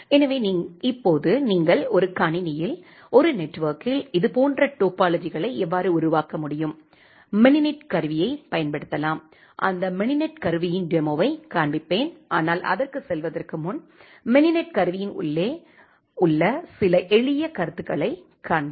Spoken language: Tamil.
எனவே இப்போது நீங்கள் ஒரு கணினியில் ஒரு நெட்வொர்க்கில் இதுபோன்ற டோபாலஜிகளை எவ்வாறு உருவாக்க முடியும் மினினெட் கருவியைப் பயன்படுத்தலாம் அந்த மினினெட் கருவியின் டெமோவைக் காண்பிப்பேன் ஆனால் அதற்குச் செல்வதற்கு முன் மினினெட் கருவியின் உள்ளே சில எளிய கருத்துகளைக் காண்பிக்கும்